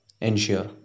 ensure